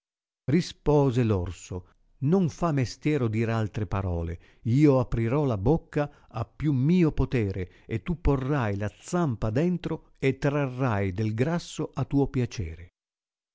risusciterà rispose l'orso non fa mestiero dir altre parole io aprirò la bocca a più mio potere e tu porrai la zampa dentro e trarrai del grasso a tuo piacere